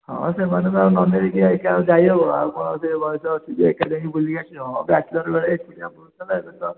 ହଁ ସେମାନଙ୍କୁ ଆଉ ନ ନେଇକି ଏକା ଆଉ ଯାଇ ହବ ଆଉ କ'ଣ ସେ ବୟସ ଅଛି ଯେ ଏକା ଯାଇ ବୁଲିକି ଆସି ହବ ବ୍ୟାଚଲର୍ ବେଳେ ଏକୁଟିଆ ବୁଲୁଥିଲେ ଏବେ ତ